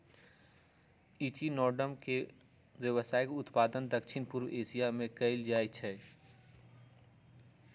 echinoderm के व्यावसायिक उत्पादन दक्षिण पूर्व एशिया में कएल जाइ छइ